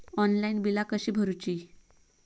Online बिला कशी भरूची?